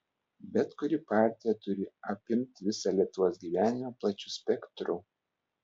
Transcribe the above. bet kuri partija turi apimt visą lietuvos gyvenimą plačiu spektru